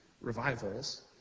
revivals